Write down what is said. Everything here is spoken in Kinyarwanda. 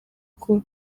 kuko